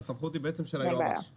-- הסמכות היא של היועץ המשפטי לממשלה.